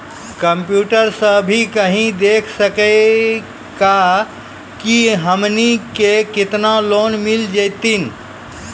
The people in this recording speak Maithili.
कंप्यूटर सा भी कही देख सकी का की हमनी के केतना लोन मिल जैतिन?